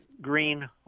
green